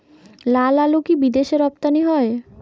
লালআলু কি বিদেশে রপ্তানি হয়?